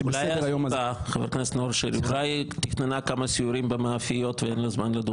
אולי ועדת החוקה תכננה כמה סיורים במאפיות ואין לה זמן לדון?